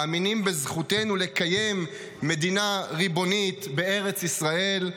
מאמינים בזכותנו לקיים מדינה ריבונית בארץ ישראל,